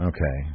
Okay